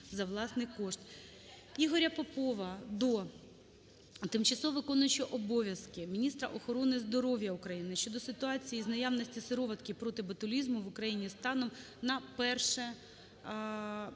Ігоря Попова до тимчасово виконуючої обов'язки міністра охорони здоров'я України щодо ситуації із наявності сироватки проти ботулізму в Україні станом на 1 червня